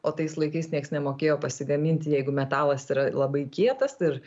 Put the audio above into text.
o tais laikais nieks nemokėjo pasigaminti jeigu metalas yra labai kietas ir